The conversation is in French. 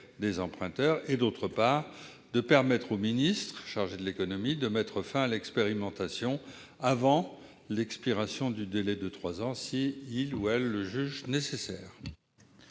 des emprunteurs, et, d'autre part, de permettre au ministre chargé de l'économie de mettre fin à l'expérimentation avant l'expiration du délai de trois ans s'il le juge nécessaire.